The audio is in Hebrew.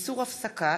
איסור הפסקה,